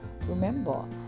remember